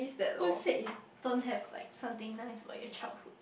who said you don't have like something nice for your childhood